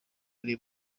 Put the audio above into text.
ari